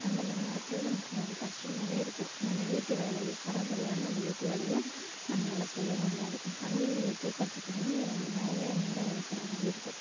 அந்த மாதிரி நேரத்தில் நமக்கு கொஞ்சம் கஷ்டமாகவே இருக்கும் நம்ம வீட்டு வேலையும் சராசரியான நம்ம வீட்டு வேலையும் நம்மளால செய்ய முடியாது தண்ணி தூக்குறதுக்குனே நிறைய நேரம் ஒதுக்குகிற மாதிரி இருக்கும்